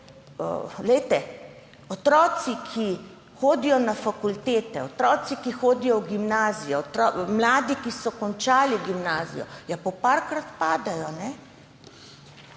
otroci, ki hodijo na fakultete, otroci, ki hodijo v gimnazijo, mladi, ki so končali gimnazijo, parkrat padejo.